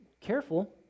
careful